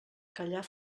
callar